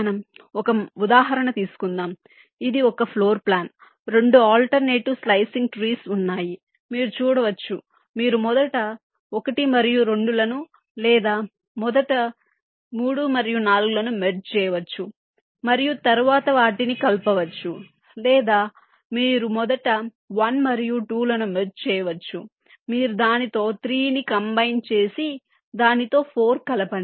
మనం ఒక ఉదాహరణ తీసుకుందాం ఇది ఒక ఫ్లోర్ ప్లాన్ రెండు ఆల్ట్రనేటివ్ స్లైసింగ్ ట్రీస్ ఉన్నాయి మీరు చూడవచ్చు మీరు మొదట 1 మరియు 2 లను లేదా మొదట 3 మరియు 4 లను మెర్జ్ చేయవచ్చు మరియు తరువాత వాటిని కలపవచ్చు లేదా మీరు మొదట 1 మరియు 2 లను మెర్జ్ చేయవచ్చు మీరు దానితో 3 ని కంబైన్ చేసి దానితో 4 కలపండి